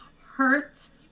hurts